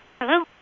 Hello